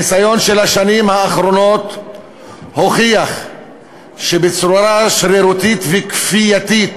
הניסיון של השנים האחרונות הוכיח שבצורה שרירותית וכפייתית